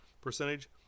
percentage